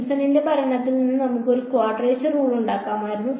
സിംപ്സണിന്റെ ഭരണത്തിൽ നിന്ന് നമുക്ക് ഒരു ക്വാഡ്രേച്ചർ റൂൾ ഉണ്ടാക്കാമായിരുന്നു